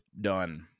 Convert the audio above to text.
done